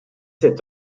sept